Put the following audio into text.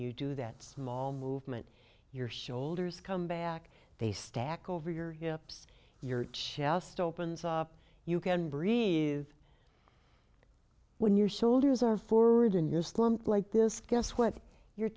you do that small movement your shoulders come back they stack over your hips your chest opens up you can breathe when your soldiers are forward in your slump like this guess what your